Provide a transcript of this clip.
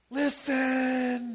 listen